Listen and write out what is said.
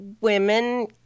women